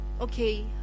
Okay